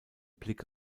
blick